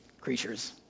creatures